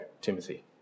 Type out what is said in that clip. Timothy